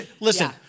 listen